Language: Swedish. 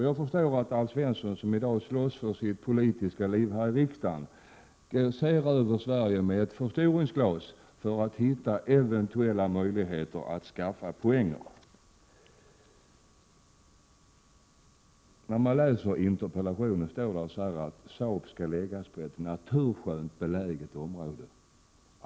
Jag förstår att Alf Svensson, som i dag slåss för sitt politiska liv här i riksdagen, ser på Sverige med ett förstoringsglas för att hitta poänger. I interpellationen står det att Saab skall förläggas till ett naturskönt område.